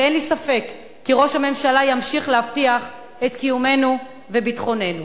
ואין לי ספק שראש הממשלה ימשיך להבטיח את קיומנו וביטחוננו.